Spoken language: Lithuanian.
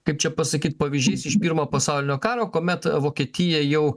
kaip čia pasakyti pavyzdžiais iš pirmo pasaulinio karo kuomet vokietija jau